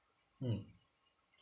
mm